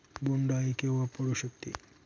बोंड अळी केव्हा पडू शकते?